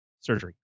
surgery